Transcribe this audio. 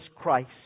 Christ